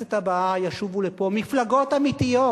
שלכנסת הבאה ישובו לפה מפלגות אמיתיות,